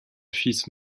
fils